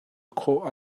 khawh